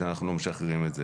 כשאנחנו לא משחררים את זה.